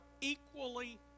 equally